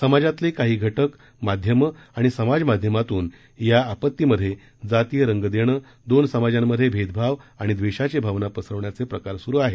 समाजातील काही घटक माध्यमं आणि समाज माध्यमातून या आपत्तीमध्ये जातीय रंग देणं दोन समाजांमध्ये भेदभाव आणि द्वेषाची भावना पसरविण्याचे प्रकार सुरू आहे